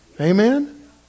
Amen